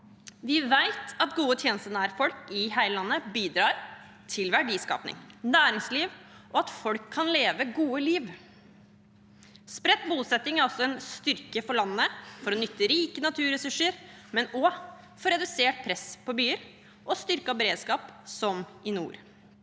Vi vet at gode tjenester nær folk i hele landet bidrar til verdiskaping, næringsliv og at folk kan leve et godt liv. Spredt bosetning er også en styrke for landet for å kunne utnytte rike naturressurser, men også for å få redusert press på byer og styrket beredskap, som i nord.